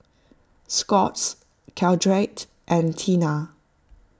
Scott's Caltrate and Tena